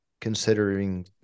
considering